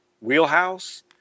wheelhouse